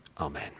Amen